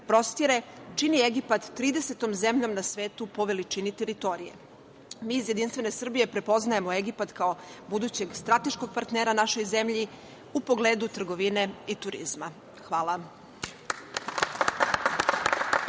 prostire čini Egipat 30. zemljom na svetu po veličini teritorije. Mi iz Jedinstvene Srbije prepoznajemo Egipat kao budućeg strateškog partnera našoj zemlji u pogledu trgovine i turizma. Hvala.